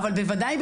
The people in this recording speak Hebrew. אבל בוודאי,